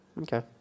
Okay